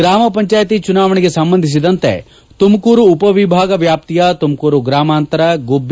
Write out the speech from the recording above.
ಗ್ರಾಮ ಪಂಚಾಯುತಿ ಚುನಾವಣೆಗೆ ಸಂಬಂಧಿಸಿದಂತೆ ತುಮಕೂರು ಉಪವಿಭಾಗ ವ್ಯಾಪ್ತಿಯ ತುಮಕೂರು ಗ್ರಾಮಾಂತರ ಗುಬ್ಲ